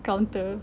counter